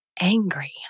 angry